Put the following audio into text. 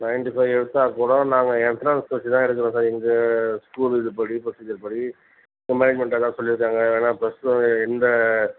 ninety five எடுத்தால் கூட நாங்கள் எண்ட்ரன்ஸ் வச்சு தான் எடுக்குறோம் சார் எங்கள் ஸ்கூல் இதுப்படி ப்ரொசீஜர் படி எங்கள் மேனேஜ்மெண்ட் அதான் சொல்லிருக்காங்க ஏன்னால் ப்ளஸ் டூ எந்த